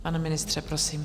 Pane ministře, prosím.